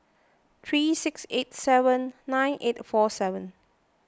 three six eight seven nine eight four seven